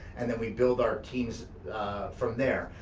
and then we build our teams from there.